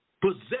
possess